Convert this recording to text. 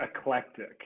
eclectic